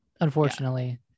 unfortunately